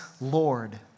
Lord